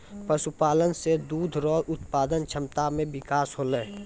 पशुपालन से दुध रो उत्पादन क्षमता मे बिकास होलै